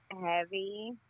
heavy